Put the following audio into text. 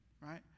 Right